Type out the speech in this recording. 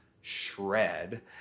shred